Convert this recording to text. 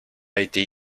été